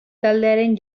taldearen